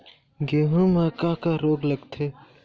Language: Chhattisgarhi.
गेहूं म का का रोग लगथे?